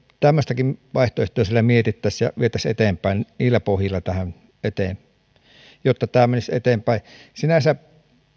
tämmöistäkin vaihtoehtoa siellä mietittäisiin ja vietäisiin eteenpäin niillä pohjilla jotta tämä menisi eteenpäin sinänsä